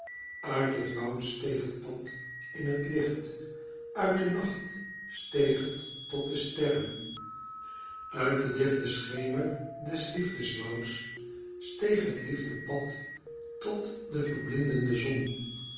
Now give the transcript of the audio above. uit het woud steeg het pad in het licht uit den nacht steeg het tot de sterren uit den dichten schemer des liefdewouds steeg het liefdepad tot de verblindende zon